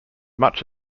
much